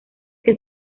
que